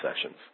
sessions